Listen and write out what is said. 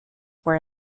were